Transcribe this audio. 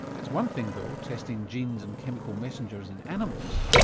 it's one thing though testing genes and chemical messengers in animals,